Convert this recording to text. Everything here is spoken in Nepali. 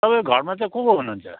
तपाईँको घरमा चाहिँ को को हुनुहुन्छ